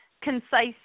concise